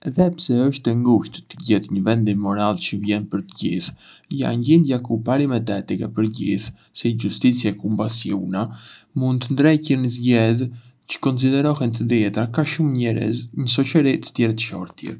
Edhe pse është e ngusht të gjetë një vendim moral çë vlen për të gjithë, jan gjendja ku parimet etike për ghjith, si justicia e kumbasjuna, mund të ndreqënj zgjedhje çë konsiderohen të drejta ka shumë njerëz në shoçëri të jetër shortje.